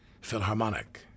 Philharmonic